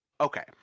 okay